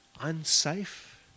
unsafe